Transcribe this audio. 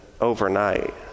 overnight